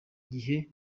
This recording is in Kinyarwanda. igihe